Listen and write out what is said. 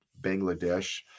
Bangladesh